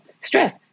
Stress